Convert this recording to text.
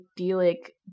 idyllic